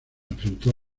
enfrentó